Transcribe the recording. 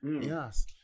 Yes